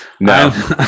No